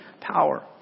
power